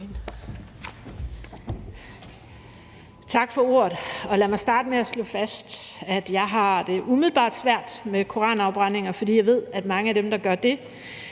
Tak for ordet. Lad mig starte med at slå fast, at jeg umiddelbart har det svært med koranafbrændinger, fordi jeg ved, at mange af dem, der gør det,